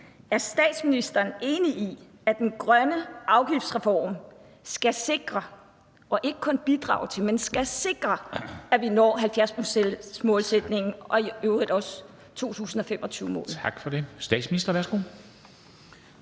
Er statsministeren enig i, at den grønne afgiftsreform skal sikre og ikke kun bidrage til, men skal sikre, at vi når 70-procentsmålsætningen og i øvrigt også 2025-målene?